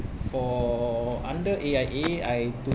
for under A_I_A I do